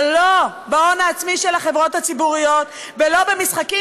אבל לא בהון העצמי של החברות הציבוריות ולא במשחקים